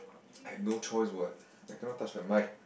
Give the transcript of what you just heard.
I've no choice what I cannot touch the mic